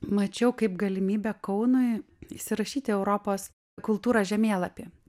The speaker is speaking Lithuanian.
mačiau kaip galimybę kaunui įsirašyti europos kultūros žemėlapį